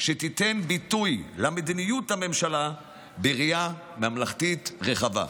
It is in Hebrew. שתיתן ביטוי למדיניות הממשלה בראייה ממלכתית רחבה.